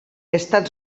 estan